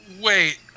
wait